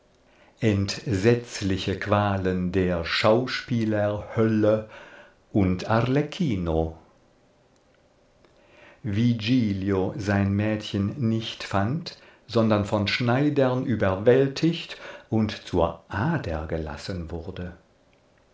entsetzliche qualen der schauspielerhölle und arlecchino wie giglio sein mädchen nicht fand sondern von schneidern überwältigt und zur ader gelassen wurde